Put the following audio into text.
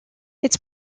its